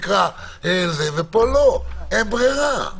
אין ברירה.